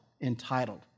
Entitled